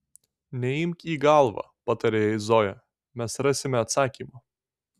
neimk į galvą patarė jai zoja mes rasime atsakymą